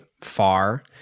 far